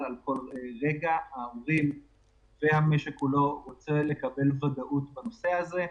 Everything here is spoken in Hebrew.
כי ההורים והמשק כולו רוצים לקבל ודאות בנושא הזה.